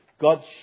God's